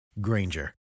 Granger